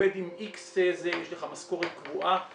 יש לך משכורת קבועה.